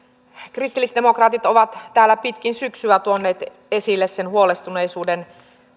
kristillisdemokraatit ovat täällä pitkin syksyä tuoneet esille huolestuneisuuden